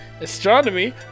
astronomy